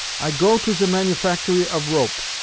i go to ze manufactory of rope,